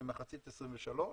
למחצית 23'